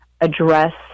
address